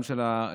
גם של הרשות,